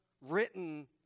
written